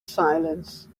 silence